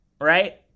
right